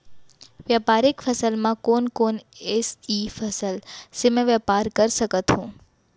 व्यापारिक फसल म कोन कोन एसई फसल से मैं व्यापार कर सकत हो?